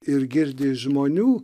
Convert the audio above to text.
ir girdi žmonių